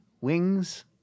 wings